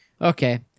Okay